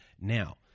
Now